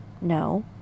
No